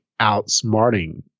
outsmarting